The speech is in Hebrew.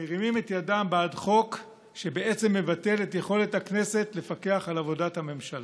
מרימים את ידם בעד חוק שבעצם מבטל את יכולת הכנסת לפקח על עבודת הממשלה.